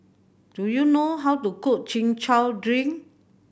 do you know how to cook Chin Chow drink